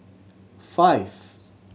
five